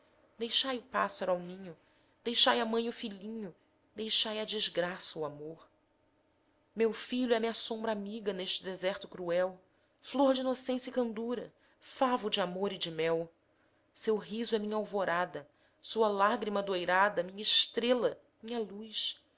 deixai o pássaro ao ninho deixai à mãe o filhinho deixai à desgraça o amor meu filho é-me a sombra amiga neste deserto cruel flor de inocência e candura favo de amor e de mel seu riso é minha alvorada sua lágrima doirada minha estrela minha luz